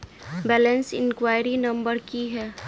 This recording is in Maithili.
बैलेंस इंक्वायरी नंबर की है?